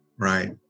right